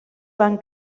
van